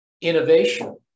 innovation